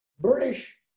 British